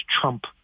Trump